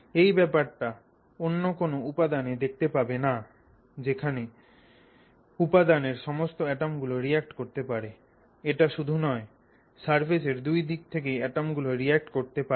এই ব্যাপারটা অন্য কোন উপাদানে দেখতে পাবে না যেখানে উপাদানের সমস্ত অ্যাটম গুলো রিঅ্যাক্ট করতে পারে এটাই শুধু নয় সারফেসের দুই দিক থেকেই অ্যাটম গুলো রিঅ্যাক্ট করতে পারে